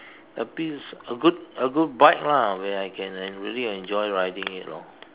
a piece a good a good bike lah where I can en~ really enjoy riding it you know